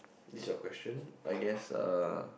this is your question I guess uh